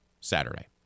Saturday